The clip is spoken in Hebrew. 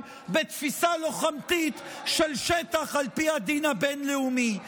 בתפיסה לוחמתית של שטח על פי הדין הבין-לאומי.